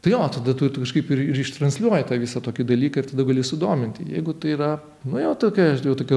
tai jo tada tu kažkaip ir ištransliuoji tą visą tokį dalyką ir tada gali sudomint jeigu tai yra nu jo tokia jau tokia rutina